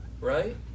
Right